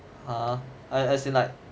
uh as in like